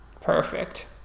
Perfect